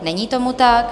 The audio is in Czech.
Není tomu tak.